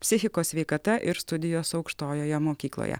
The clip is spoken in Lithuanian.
psichikos sveikata ir studijos aukštojoje mokykloje